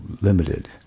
limited